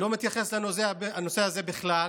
לא מתייחס לנושא הזה בכלל.